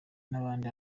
n’abandi